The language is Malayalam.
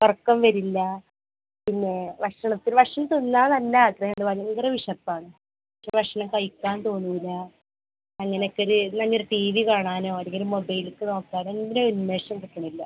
ഉറക്കം വരില്ല പിന്നെ ഭക്ഷണത്തിന് ഭക്ഷണം തിന്നാൻ നല്ല ആഗ്രഹമുണ്ട് ഭയങ്കര വിശപ്പാണ് പക്ഷേ ഭക്ഷണം കഴിക്കാൻ തോന്നൂല അങ്ങനൊക്കൊരു എന്നാ ഞാൻ ഒരു ടി വി കാണാനോ അല്ലെങ്കിൽ മൊബൈലേക്ക് നോക്കാൻ ഒന്നിനും ഒരുന്മേഷം കിട്ടണില്ല